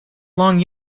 long